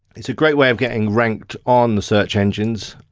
it's a great way of getting ranked on the search engines.